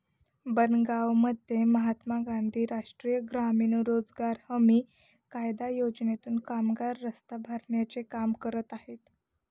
बनगावमध्ये महात्मा गांधी राष्ट्रीय ग्रामीण रोजगार हमी कायदा योजनेतून कामगार रस्ता भरण्याचे काम करत आहेत